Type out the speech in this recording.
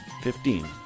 Fifteen